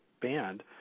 band